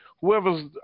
whoever's